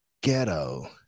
ghetto